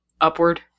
upward